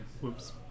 Whoops